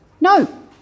No